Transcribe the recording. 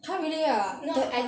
!huh! really ah then